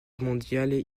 mondial